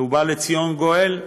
ובא לציון גואל,